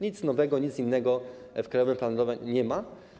Nic nowego, nic innego w krajowym planie nie ma.